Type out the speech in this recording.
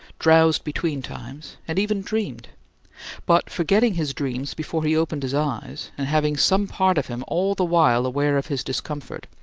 drowsed between times, and even dreamed but, forgetting his dreams before he opened his eyes, and having some part of him all the while aware of his discomfort,